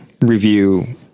review